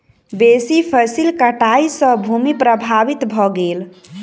बेसी फसील कटाई सॅ भूमि प्रभावित भ गेल